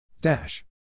Dash